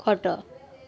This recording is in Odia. ଖଟ